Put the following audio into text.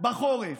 בחורף,